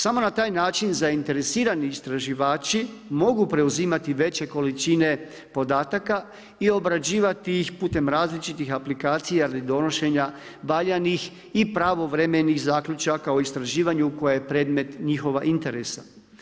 Samo na taj način zainteresirani istraživači mogu preuzimati veće količine podataka i obrađivati ih putem različitih aplikacija radi donošenja valjanih i pravovremenih zaključaka o istraživanju koje je predmet njihova interesa.